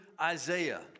Isaiah